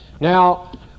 Now